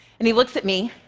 and he looks at me,